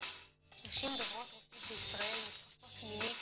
לדבר ואני מצמצמת את הדיבור,